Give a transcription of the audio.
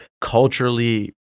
culturally